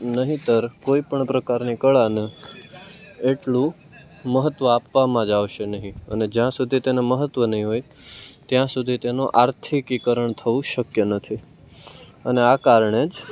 નહિતર કોઈ પણ પ્રકારની કળાને એટલું મહત્ત્વ આપવામાં જ આવશે નહીં અને જ્યાં સુધી તેનું મહત્ત્વ નહીં હોય ત્યાં સુધી તેનું આર્થિકીકરણ થવું શક્ય નથી અને આ કારણે જ